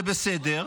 זה בסדר.